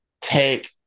take